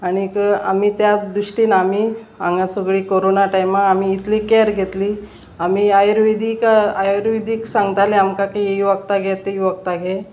आणीक आमी त्या दृश्टीन आमी हांगा सगळीं कोरोना टायमार आमी इतली कॅर घेतली आमी आयुर्वेदीक आयुर्वेदीक सांगताले आमकां की ही वखदां घे ती वखदां घे